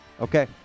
Okay